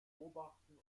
beobachten